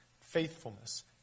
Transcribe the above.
faithfulness